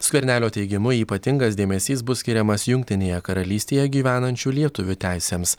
skvernelio teigimu ypatingas dėmesys bus skiriamas jungtinėje karalystėje gyvenančių lietuvių teisėms